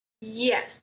Yes